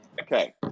Okay